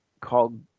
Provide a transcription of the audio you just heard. called